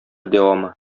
дәвамы